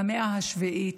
במאה השביעית.